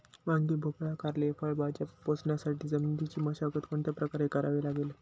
वांगी, भोपळा, कारली या फळभाज्या पोसण्यासाठी जमिनीची मशागत कोणत्या प्रकारे करावी लागेल?